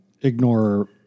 ignore